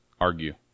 Argue